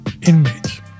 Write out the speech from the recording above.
inmates